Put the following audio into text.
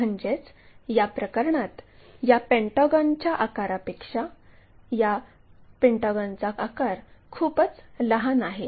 म्हणजेच या प्रकरणात या पेंटागॉनच्या आकारापेक्षा या पेंटागॉनचा आकार खूपच लहान आहे